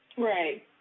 Right